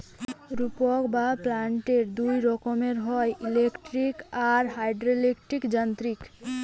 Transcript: রোপক বা প্ল্যান্টার দুই রকমের হয়, ইলেকট্রিক আর হাইড্রলিক যান্ত্রিক